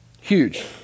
Huge